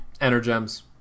Energems